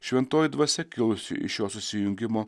šventoji dvasia kilusi iš šio susijungimo